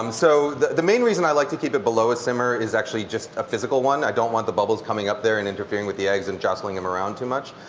um so the the main reason i like to keep it below a simmer is actually just a physical one. i don't want the bubbles coming up there and interfering with the eggs and jostling them around too much.